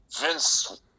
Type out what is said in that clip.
Vince